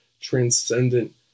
transcendent